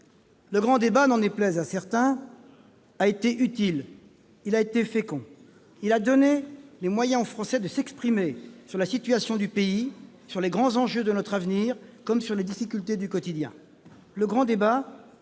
Le grand débat, n'en déplaise à certains, a été utile et fécond. Douze milliards d'euros ... Il a donné les moyens aux Français de s'exprimer sur la situation du pays, sur les grands enjeux de notre avenir, comme sur les difficultés du quotidien.